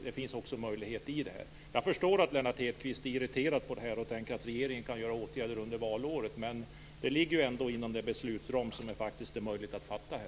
Det ligger också möjligheter i detta. Jag förstår att Lennart Hedquist irriterar sig över det här och tänker att regeringen kan vidta åtgärder under valåret. Men detta ligger ju ändå inom den beslutsram som är möjlig här.